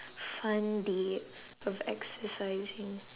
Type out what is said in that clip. fun day of exercising